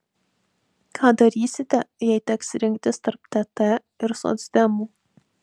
ką darysite jei teks rinktis tarp tt ir socdemų